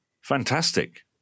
Fantastic